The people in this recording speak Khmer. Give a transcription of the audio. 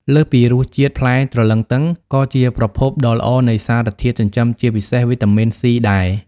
លើសពីរសជាតិ ផ្លែទ្រលឹងទឹងក៏ជាប្រភពដ៏ល្អនៃសារធាតុចិញ្ចឹម ជាពិសេស វីតាមីន ស៊ីដែរ។